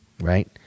right